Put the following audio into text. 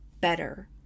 better